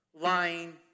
lying